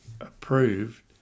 approved